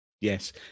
Yes